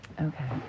Okay